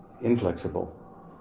inflexible